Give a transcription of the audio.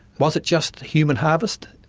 was it just the human harvest?